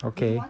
okay